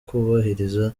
kubahiriza